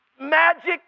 magic